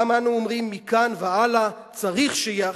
גם אנו אומרים: מכאן והלאה צריך שיהיה אחרת.